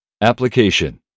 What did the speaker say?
Application